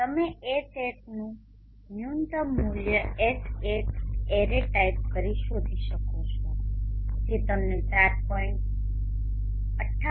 તમે Hatનુ ન્યૂનતમ મૂલ્ય HAT એરે ટાઇપ કરીને શોધી શકો છોજે તમને 4